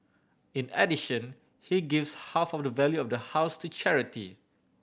in addition he gives half of the value of the house to charity